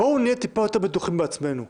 בואו נהיה טיפה יותר בטוחים בעצמנו.